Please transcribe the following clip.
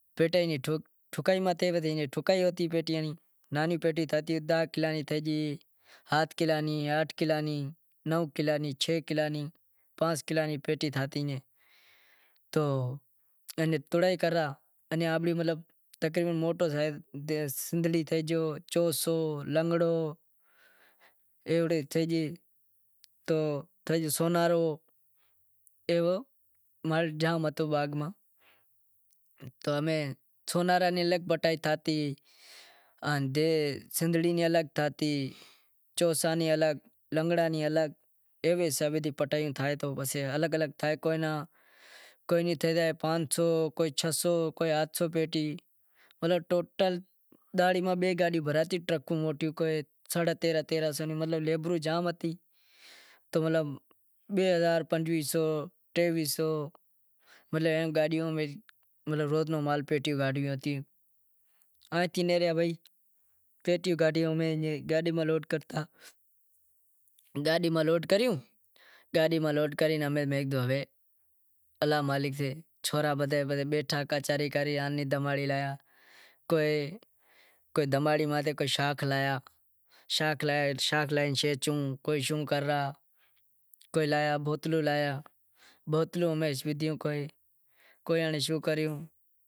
بیٹے ای ٹھکائی ماتھے نانہی پیٹیاں ہتی یات کلاں نیں پانس کلاں نیں انیں توڑائی کرتا آنپڑو سندھڑی تھے گیو، چوسو، لنگڑو، سونارو ایوو مال جام ہتو باغ ماں، امیں سوناراں ری الگ پٹائی تھاتی سندھڑی نی الگ پٹائی تھاتی، چوسے نی الگ پٹائی تھاتی آن سنھڑی نی الگ تھاتی، ایوا نمونے الگ الگ پٹائی تھاتی، پانس سو کوئی ہات سو پیٹیوں مطلب ٹوٹل دہاڑی ماں بے گاڈیوں بھراجتیوں موٹیوں۔ کوئی دماڑی ماتھے کوئی شاخ لایا کوئی شوں کرے ریا کوئی بوتلوں لائے ریا، بوتلوں امیں پیدہیوں کوئی شوں کریو